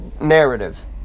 narrative